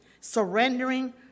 surrendering